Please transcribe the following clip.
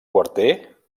quarter